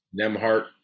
Nemhart